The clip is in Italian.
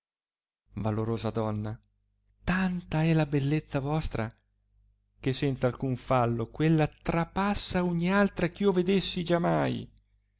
valorosa donna tanta è la bellezza vostra che senza alcun fallo quella trapassa ogni altra che io vedessi giamai